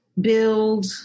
build